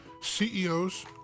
CEOs